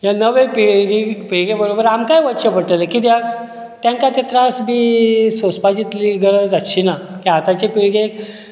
हे नवे पिळग पिळगे बरोबर आमकांय वचचें पडटलें कित्याक तांकां ते त्रास बी सोंसपाची तितली गरज आसची ना की आताच्या पिळगेक